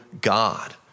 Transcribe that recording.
God